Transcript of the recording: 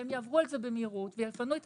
והן יעברו על זה במהירות ויפנו את